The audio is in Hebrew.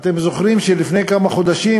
אתם זוכרים שלפני כמה חודשים,